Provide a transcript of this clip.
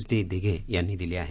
D Dighe यांनी दिली आहे